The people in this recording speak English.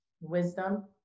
wisdom